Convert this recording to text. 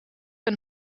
een